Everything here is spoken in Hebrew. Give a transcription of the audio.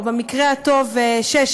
או במקרה הטוב שש,